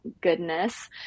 goodness